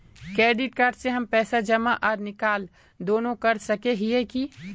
Credit card से हम पैसा जमा आर निकाल दोनों कर सके हिये की?